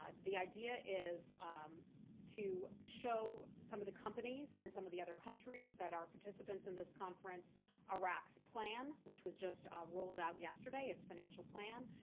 ah the idea is to show some of the companies and some of the other countries that are participants in this conference iraq's plan, which was just ah rolled out yesterday, its financial plan.